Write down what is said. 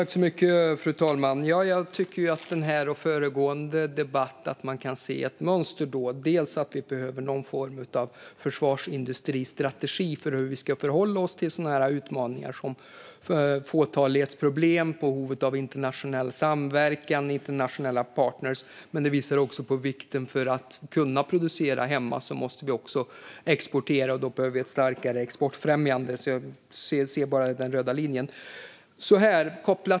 Fru talman! Jag tycker att man kan se ett mönster i den här och den föregående debatten, bland annat att vi behöver någon form av strategi för försvarsindustrin för hur vi ska förhålla oss till utmaningar, fåtalighetsproblem, behovet av internationell samverkan och internationella partner. Men debatten visar också på vikten av att exportera för att kunna producera hemma, och då behövs ett starkare exportfrämjande. Jag ser den röda linjen.